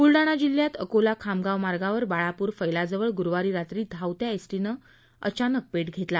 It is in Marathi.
ब्लडाणा जिल्ह्यात अकोला खामगाव मार्गावर बाळापूर फळाजवळ गुरुवारी रात्री धावत्या एसटी गाडीनं अचानक पेट घेतला